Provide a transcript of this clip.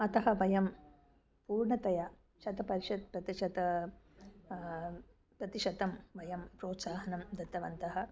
अतः वयं पूर्णतया शतं परिशत् प्रतिशतं प्रतिशतं वयं प्रोत्साहनं दत्तवन्तः